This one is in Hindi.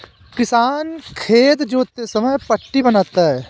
किसान खेत जोतते समय पट्टी बनाता है